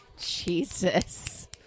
Jesus